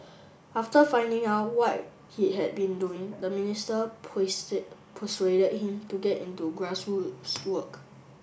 after finding out what he had been doing the minister persuaded him to get into grass roots work